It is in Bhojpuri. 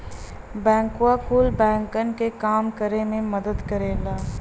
बैंकवा कुल बैंकन क काम करे मे मदद करेला